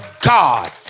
God